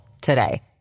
today